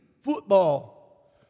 football